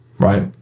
Right